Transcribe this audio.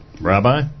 Rabbi